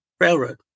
railroad